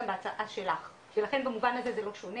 גם בהצעה שלך ולכן במובן הזה זה לא שונה